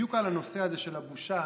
בדיוק על הנושא הזה, של הבושה,